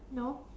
no